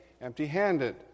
empty-handed